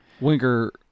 Winker